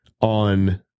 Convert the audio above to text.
on